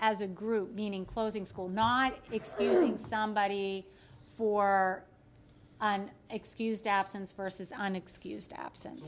as a group meaning closing school not exclude somebody for an excused absence versus an excused absence